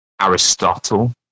Aristotle